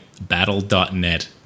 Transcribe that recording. battle.net